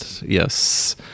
yes